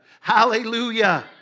Hallelujah